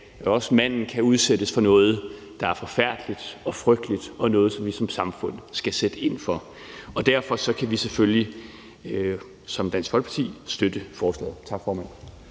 også manden kan udsættes for noget, der er forfærdeligt og frygteligt, og noget, som vi som samfund skal sætte ind over for. Derfor kan vi i Dansk Folkeparti selvfølgelig støtte forslaget. Tak, formand.